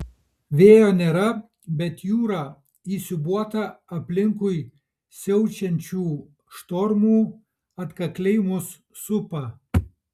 vėjo nėra bet jūra įsiūbuota aplinkui siaučiančių štormų atkakliai mus supa